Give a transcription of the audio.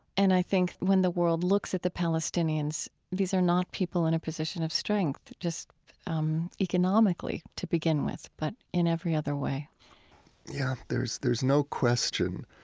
and i think when the world looks at the palestinians, these are not people in a position of strength just um economically, to begin with, but in every other way yeah yes. there's no question